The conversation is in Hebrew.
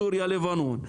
סוריה ולבנון,